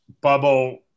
bubble